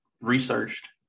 researched